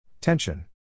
Tension